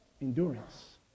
Endurance